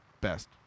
Best